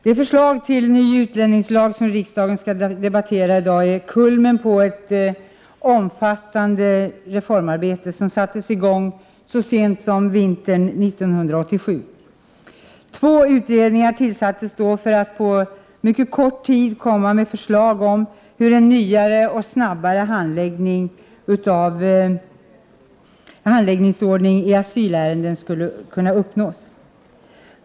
Det förslag till ny utlänningslag som riksdagen i dag skall debattera är kulmen på ett omfattande reformarbete som sattes i gång så sent som vintern 1987. Två utredningar tillsattes då för att på mycket kort tid komma med förslag till hur en ny och snabbare handläggningsordning i asylärenden skulle kunna uppnås.